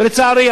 ולצערי,